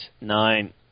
nine